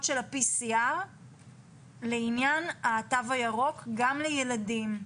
של ה-PCR לעניין התו הירוק גם לילדים.